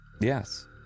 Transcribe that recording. Yes